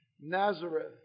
Nazareth